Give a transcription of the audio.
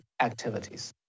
activities